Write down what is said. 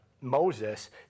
Moses